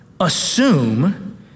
Assume